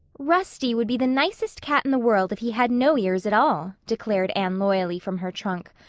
rusty would be the nicest cat in the world if he had no ears at all, declared anne loyally from her trunk,